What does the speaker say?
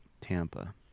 Tampa